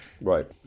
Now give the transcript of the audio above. right